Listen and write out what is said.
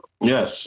Yes